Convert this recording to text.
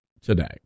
today